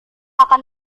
akan